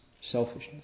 selfishness